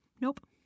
Nope